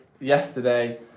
yesterday